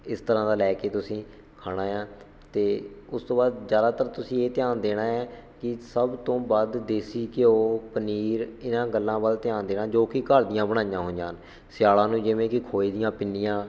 ਇਸ ਤਰ੍ਹਾਂ ਦਾ ਲੈ ਕੇ ਤੁਸੀਂ ਖਾਣਾ ਹੈ ਅਤੇ ਉਸ ਤੋਂ ਬਾਅਦ ਜ਼ਿਆਦਾਤਰ ਤੁਸੀਂ ਇਹ ਧਿਆਨ ਦੇਣਾ ਹੈ ਕਿ ਸਭ ਤੋਂ ਵੱਧ ਦੇਸੀ ਘਿਓ ਪਨੀਰ ਇਹਨਾਂ ਗੱਲਾਂ ਵੱਲ ਧਿਆਨ ਦੇਣਾ ਜੋ ਕਿ ਘਰ ਦੀਆਂ ਬਣਾਈਆਂ ਹੋਈਆਂ ਹਨ ਸਿਆਲਾਂ ਨੂੰ ਜਿਵੇਂ ਕਿ ਖੋਏ ਦੀਆਂ ਪਿੰਨੀਆਂ